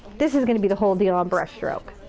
this is gonna be the whole deal on brush stroke.